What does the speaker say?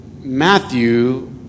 Matthew